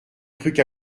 trucs